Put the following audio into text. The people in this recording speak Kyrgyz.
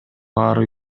баары